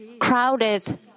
crowded